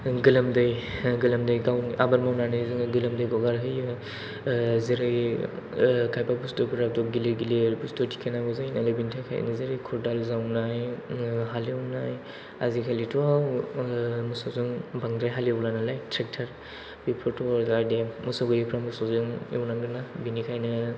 गोलोमदै गाव आबाद मावनानै जों गोलोमदै गगारहोयो जेरै खायफा बुस्तुफोराथ' गिलिर गिलिर बुस्तु थिखांनांगौ जायो नालाय बिनि थाखायनो जेरै खदाल जावनाय हालेवनाय आजिखालिथ' मोसौजों बांद्राय हालेवला नालाय ट्रेक्टर बेफोरथ' मोसौ गैयिफ्रा मोसौजों एवनांगोन ना बेनिखायनो